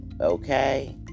okay